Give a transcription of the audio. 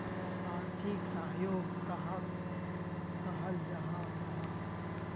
आर्थिक सहयोग कहाक कहाल जाहा जाहा?